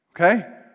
Okay